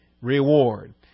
reward